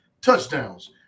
touchdowns